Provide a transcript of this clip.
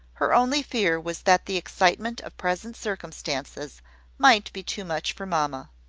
her only fear was that the excitement of present circumstances might be too much for mamma.